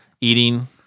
eating